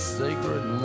sacred